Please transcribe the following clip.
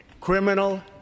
criminal